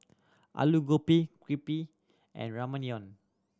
Alu Gobi Crepe and Ramyeon